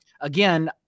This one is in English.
again